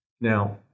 Now